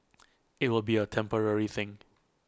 IT will be A temporary thing